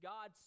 God